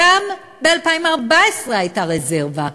גם ב-2014 הייתה רזרבה,